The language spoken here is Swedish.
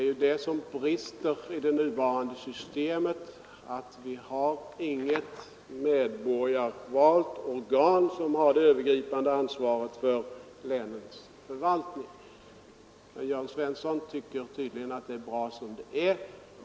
Vad som brister i det nuvarande systemet är ju att det inte finns något medborgarvalt organ som har det övergripande ansvaret för länets förvaltning. Jörn Svensson tycker tydligen att det är bra som det är.